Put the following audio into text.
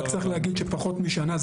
רק צריך להגיד שפחות משנה,